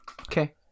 okay